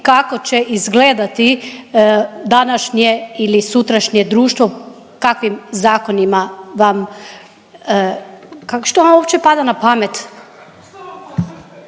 kako će izgledati današnje ili sutrašnje društvo, kakvim zakonima vam, kako, što vam uopće pada na pamet?